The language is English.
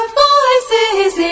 voices